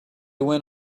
went